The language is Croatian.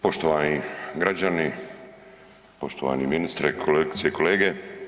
Poštovani građani, poštovani ministre, kolegice i kolege.